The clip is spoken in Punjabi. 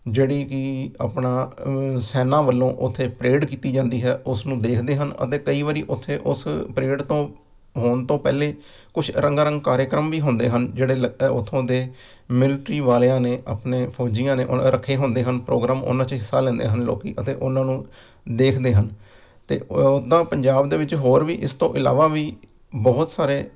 ਜਿਹੜੀ ਕਿ ਆਪਣਾ ਸੈਨਾ ਵੱਲੋਂ ਉੱਥੇ ਪਰੇਡ ਕੀਤੀ ਜਾਂਦੀ ਹੈ ਉਸ ਨੂੰ ਦੇਖਦੇ ਹਨ ਅਤੇ ਕਈ ਵਾਰੀ ਉੱਥੇ ਉਸ ਪਰੇਡ ਤੋਂ ਹੋਣ ਤੋਂ ਪਹਿਲੇ ਕੁਛ ਰੰਗਾਰੰਗ ਕਾਰਿਆਕ੍ਰਮ ਵੀ ਹੁੰਦੇ ਹਨ ਜਿਹੜੇ ਲ ਉਥੋਂ ਦੇ ਮਿਲਟਰੀ ਵਾਲਿਆਂ ਨੇ ਆਪਣੇ ਫੌਜੀਆਂ ਨੇ ਰੱਖੇ ਹੁੰਦੇ ਹਨ ਪ੍ਰੋਗਰਾਮ ਉਹਨਾਂ 'ਚ ਹਿੱਸਾ ਲੈਂਦੇ ਹਨ ਲੋਕ ਅਤੇ ਉਹਨਾਂ ਨੂੰ ਦੇਖਦੇ ਹਨ ਅਤੇ ਉੱਦਾਂ ਪੰਜਾਬ ਦੇ ਵਿੱਚ ਹੋਰ ਵੀ ਇਸ ਤੋਂ ਇਲਾਵਾ ਵੀ ਬਹੁਤ ਸਾਰੇ